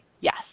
Yes